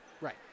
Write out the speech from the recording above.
Right